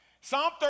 Psalm